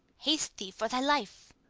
haste thee for thy life.